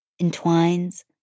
entwines